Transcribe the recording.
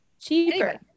Cheaper